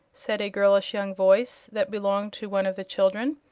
said a girlish young voice, that belonged to one of the children.